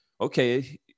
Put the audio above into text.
okay